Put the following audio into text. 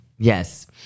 Yes